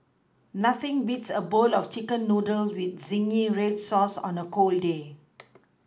nothing beats a bowl of chicken noodles with zingy red sauce on a cold day